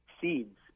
seeds